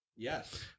Yes